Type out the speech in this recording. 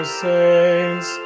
saints